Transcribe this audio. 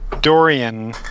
Dorian